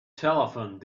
telephone